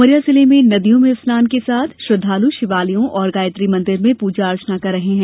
उमरिया जिले में नदियों में स्नान के साथ श्रद्वाल शिवालयों और गायत्री मंदिर में पूजा अर्चना कर रहे हैं